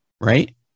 Right